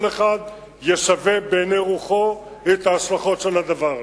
כל אחד ישווה בעיני רוחו את ההשלכות של הדבר הזה.